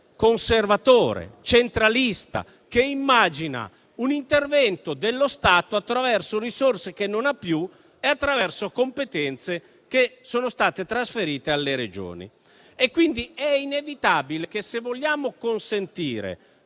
conservatore e centralista, che immagina un intervento dello Stato attraverso risorse che non ha più e attraverso competenze che sono state trasferite alle Regioni. È quindi inevitabile che, se vogliamo consentire